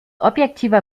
objektiver